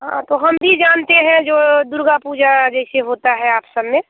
हाँ तो हम भी जानते हैं जो दुर्गा पूजा जैसे होती है आप सब में